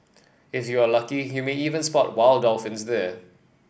if you are lucky you may even spot wild dolphins there